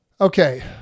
Okay